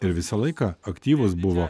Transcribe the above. ir visą laiką aktyvūs buvo